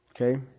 Okay